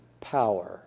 power